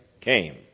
came